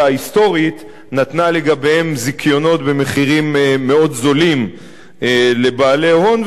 ההיסטורית נתנה לגביהם זיכיונות במחירים מאוד זולים לבעלי הון,